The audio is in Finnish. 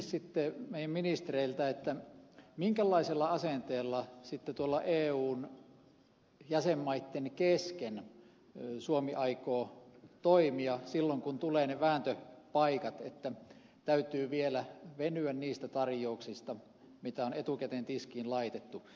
nyt kysynkin ministereiltä minkälaisella asenteella eun jäsenmaitten kesken suomi aikoo toimia silloin kun tulevat ne vääntöpaikat että täytyy vielä venyä niistä tarjouksista mitä on etukäteen tiskiin laitettu